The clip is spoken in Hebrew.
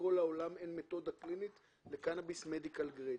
בכל העולם אין מתודה קלינית לקנאביס מדיקל גרייד.